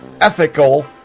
ethical